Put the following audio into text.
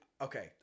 okay